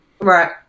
Right